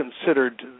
considered